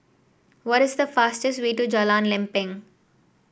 what is the fastest way to Jalan Lempeng